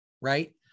right